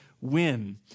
win